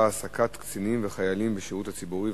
שכותרתה: העסקת קצינים וחיילים בשירות הציבורי.